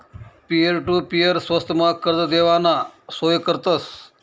peer to peer स्वस्तमा कर्ज देवाना सोय करतस